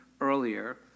earlier